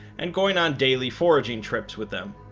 and going on daily foraging trips with them